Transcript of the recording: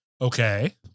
Okay